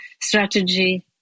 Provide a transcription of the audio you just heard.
strategy